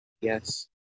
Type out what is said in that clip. Yes